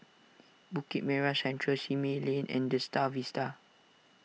Bukit Merah Central Simei Lane and the Star Vista